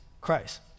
Christ